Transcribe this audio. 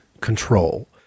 control